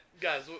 guys